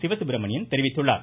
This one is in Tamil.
சிவசுப்ரமணியன் தெரிவித்துள்ளார்